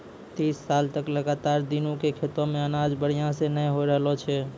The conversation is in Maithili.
तीस साल स लगातार दीनू के खेतो मॅ अनाज बढ़िया स नय होय रहॅलो छै